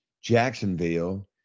Jacksonville